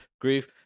grief